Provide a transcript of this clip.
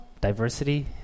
diversity